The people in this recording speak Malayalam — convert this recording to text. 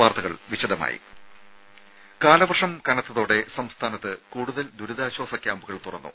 വാർത്തകൾ വിശദമായി കാലവർഷം കനത്തോടെ സംസ്ഥാനത്ത് കൂടുതൽ ദുരിതാശ്വാസ ക്യാമ്പുകൾ തുറന്നു